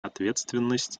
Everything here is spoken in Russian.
ответственность